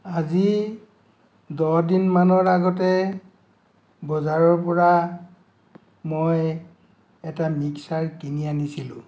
আজি দহ দিনমানৰ আগতে বজাৰৰ পৰা মই এটা মিক্সচাৰ কিনি আনিছিলোঁ